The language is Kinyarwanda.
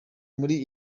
muri